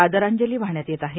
आदरांजली वाहण्यात येत आहे